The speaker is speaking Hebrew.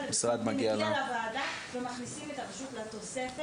מבקשת המשרד לבטחון פנים מגיע לוועדה ומכניסים את הרשות לתוספת.